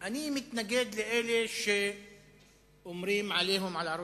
אני מתנגד לאלה שאומרים "עליהום" על ערוץ-10.